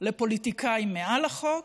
לפוליטיקאים מעל לחוק,